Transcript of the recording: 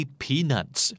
peanuts